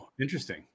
interesting